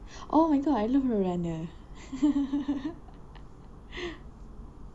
oh my god I love road runner